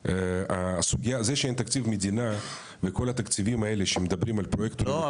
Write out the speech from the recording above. זה שאין תקציב מדינה וכל התקציבים האלה שמדברים על פרויקטורים --- לא,